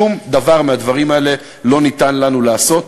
שום דבר מהדברים האלה לא ניתן לנו לעשות,